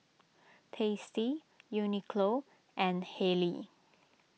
Tasty Uniqlo and Haylee